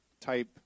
type